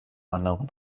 anderen